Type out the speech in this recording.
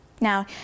Now